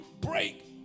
break